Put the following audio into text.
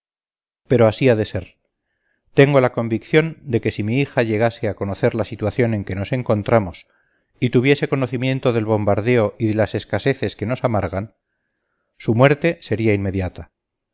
pero así ha de ser tengo la convicción de que si mi hija llegase a conocer la situación en que nos encontramos y tuviese conocimiento del bombardeo y de las escaseces que nos amagan su muerte sería inmediata